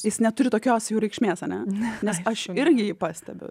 jis neturi tokios jau reikšmės ane nes aš irgi jį pastebiu